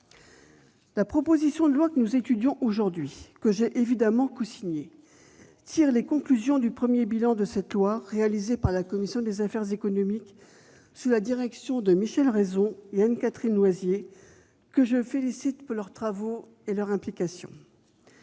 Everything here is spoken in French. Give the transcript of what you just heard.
La proposition de loi que nous étudions aujourd'hui, et que j'ai bien évidemment cosignée, tire les conclusions du premier bilan de cette loi réalisé par la commission des affaires économiques, sous la direction de Michel Raison et Anne-Catherine Loisier que je félicite pour leurs travaux et leur implication.